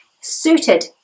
suited